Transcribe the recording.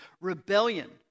rebellion